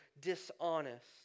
dishonest